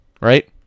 Right